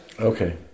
Okay